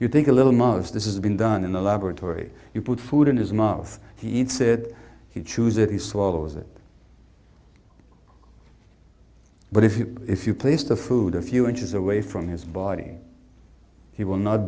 you think a little most this is been done in the laboratory you put food in his mouth he said he chews it he swallows it but if you if you place the food a few inches away from his body he will not